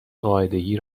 قاعدگی